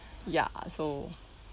ya so